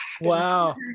wow